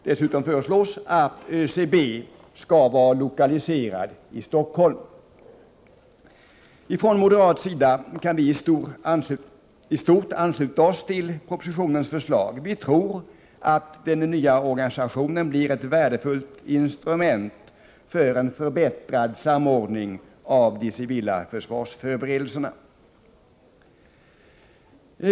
Dessutom föreslås att ÖCB skall vara lokaliserad i Stockholm. Från moderat sida kan vi i stort ansluta oss till propositionens förslag. Vi tror att den nya organisationen blir ett värdefullt instrument för en förbättrad samordning av de civila försvarsförberedelserna.